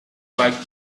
like